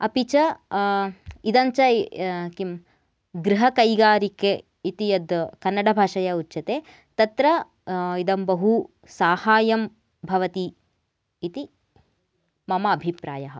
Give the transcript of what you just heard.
अपि च इदं च किं गृहकैगारिके इति यत् कन्नडाभाषया उच्यते तत्र इदं बहु साहाय्यं भवति इति मम अभिप्रायः